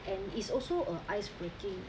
and it's also a ice breaking